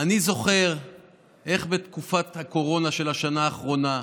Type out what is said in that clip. זוכר איך בתקופת הקורונה של השנה האחרונה,